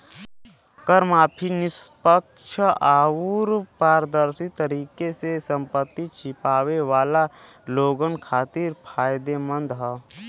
कर माफी निष्पक्ष आउर पारदर्शी तरीके से संपत्ति छिपावे वाला लोगन खातिर फायदेमंद हौ